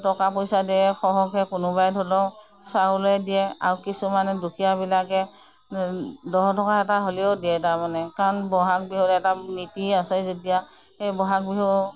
টকা পইচা দিয়ে সৰহকৈ কোনোবাই ধৰি লওঁক চাউলে দিয়ে আৰু কিছুমানে দুখীয়াবিলাকে দহ টকা এটা হ'লেও দিয়ে তাৰমানে কাৰণ বহাগ বিহুত এটা নীতি আছে যেতিয়া সেই বহাগ বিহুত